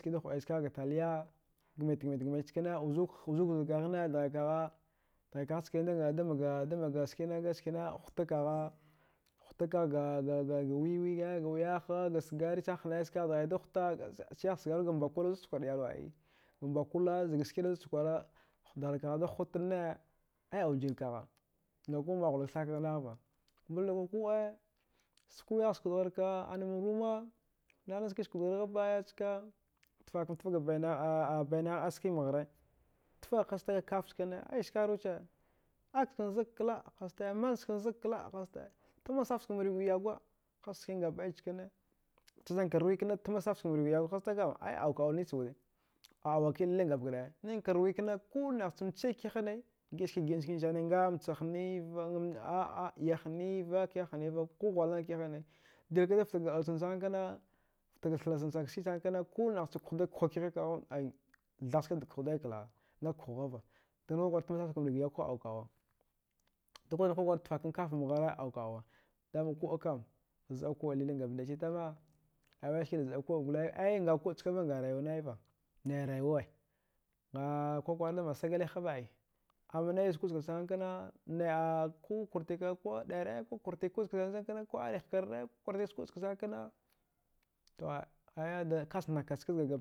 Skida uɗe skagh kaga talia gumt gumet chkane wuzuka wuza kaghanne daghai kagha dghaikgha chkin damga damga skina chkine huta kagha hutakagh ga ga gawiwiye ga wiyaha da sgari san hne skagh dghaida huta chyah sgaru ga mbakur wad zuch-cha kwar iyalwa ai ga mbakula zga skina zudcha kwar ai, ga mbakula zga skina zudch kwara dargha kaghda hutanne ai aujil kagha nga kuɗ maɗblak thankghan naghva, mbalduka kuɗa kuwiyah sukdgharka anam luma nanaski sukdghargha baya ska tfakam tfa a. a bainagh skim ghara, tfa hasta kakaf chkane ai skarwace akchkan zak lkaɗ ahazta. manchkan zak klaɗ hazta tma safchkam rwiga yagwa hazta chkin gabɗai chkane chachamka rwikna tma safchkam rwigayagwa haztakam ai auka au nichwuda a awaki liling gabkaɗaya nghinka rwikana kunahcha mchai kihanai gidanska gidan chkinsane ngamcha hniva a iya hniva kiha hniva ko ghulnana kihanai dilka duftaga alchan sana kna, ftaga chlachan san skisan kna kunahcha kuha kihaka thah skada kuhdai kla. a nga kuhghava dukna kwakwara tama safchkan rwiga yagw ha auka awa dukna kwakwara tfakam kafam ghara auka awa dama kuɗakam zɗa duɗliling gabakɗai chitama ai waiskida zɗa kuɗ gole ai nga kuɗchkava nga rayuwa naiva naya rayuwa we nga kwakwara daman segegh hava ai amma naiz kuɗchka sana kna. naia ko ɗare kokwartik kuɗchka sana kna ko ɗeri hkarna ko kwartiz kuɗchka sana kna aya da kasnagha kas ka zga